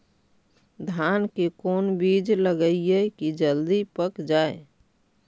धान के कोन बिज लगईयै कि जल्दी पक जाए?